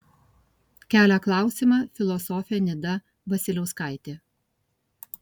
kelia klausimą filosofė nida vasiliauskaitė